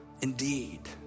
indeed